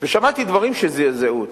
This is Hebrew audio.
ושמעתי דברים שזעזעו אותי,